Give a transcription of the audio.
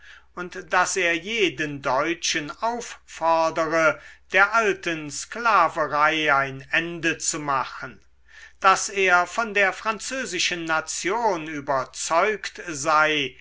und daß er jeden deutschen auffordere der alten sklaverei ein ende zu machen daß er von der französischen nation überzeugt sei